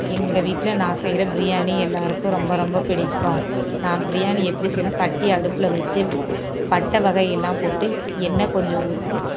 எங்கள் வீட்டில் நான் செய்கிற பிரியாணி எல்லோருக்கும் ரொம்ப ரொம்ப பிடிக்கும் நான் பிரியாணி எப்படி செய்வேன் சட்டியை அடுப்பில் வச்சு பட்டை வகையெல்லாம் போட்டு எண்ணெய் கொஞ்சம் ஊற்றி